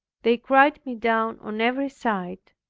they cried me down on every side,